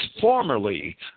formerly